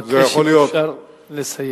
אם אפשר, אבקש לסיים.